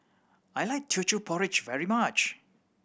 I like Teochew Porridge very much